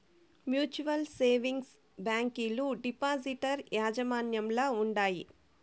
mutual savings బ్యాంకీలు depositor యాజమాన్యంల ఉండాయి